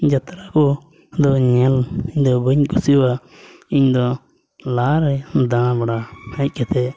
ᱡᱟᱛᱨᱟ ᱠᱚ ᱫᱚ ᱧᱮᱞ ᱡᱚᱝ ᱤᱧ ᱫᱚ ᱵᱟᱹᱧ ᱠᱩᱥᱤᱭᱟᱜᱼᱟ ᱤᱧ ᱫᱚ ᱞᱟᱦᱟ ᱨᱮ ᱫᱟᱬᱟᱵᱟᱲᱟ ᱦᱮᱡ ᱠᱟᱛᱮᱫ